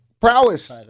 prowess